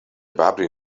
ببری